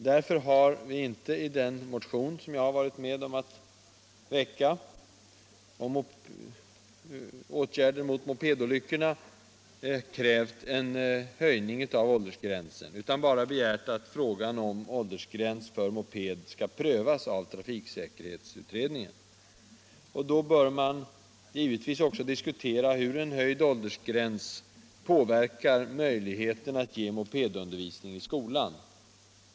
Därför har vi inte i den motion, som jag varit med om att väcka, om åtgärder mot mopedolyckorna krävt en höjning av åldersgränsen utan bara begärt att frågan om åldersgräns för mopedkörning skall prövas av trafiksäkerhetsutredningen. Då bör man givetvis också diskutera hur en höjd åldersgräns påverkar möjligheten att ge mopedundervisning i skolan.